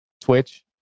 Twitch